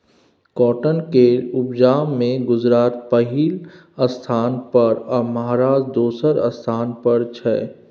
cotton केर उपजा मे गुजरात पहिल स्थान पर आ महाराष्ट्र दोसर स्थान पर छै